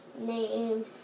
named